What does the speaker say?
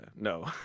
no